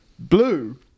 Blue